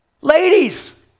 ladies